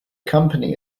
company